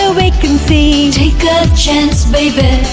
so vacancy take a chance baby